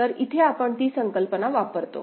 तर इथे आपण ती संकल्पना वापरतो